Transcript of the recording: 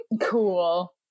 Cool